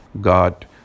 God